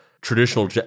traditional